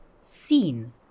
seen